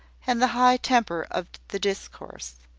and the high temper of the discourse.